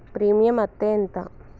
Premium అత్తే ఎంత?